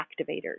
activators